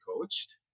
coached